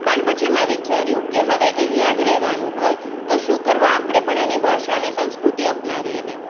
પણ પછી મેં વિચાર્યું કે હવે અહીંયાં જ રહેવાનું હોય તો શું કરવા આપણે પણ એની ભાષા અને સંસ્કૃતિ આપનાવીએ નહીં